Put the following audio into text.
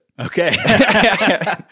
Okay